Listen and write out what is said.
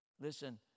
Listen